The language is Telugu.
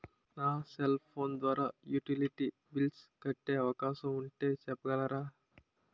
నా సెల్ ఫోన్ ద్వారా యుటిలిటీ బిల్ల్స్ కట్టే అవకాశం ఉంటే చెప్పగలరా?